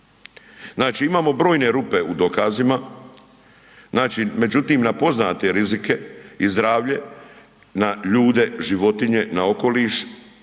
Znači imamo brojne rupe u dokazima, znači, međutim, na poznate rizike i zdravlje na ljude, životinje, na okoliš,